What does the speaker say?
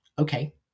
Okay